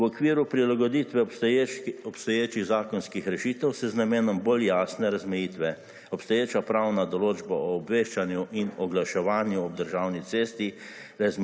V okviru prilagoditve obstoječih zakonskih rešitev se z namenom bolj jasne razmejitve, obstoječa pravna določba o obveščanju in oglaševanju ob državni cesti